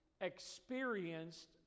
experienced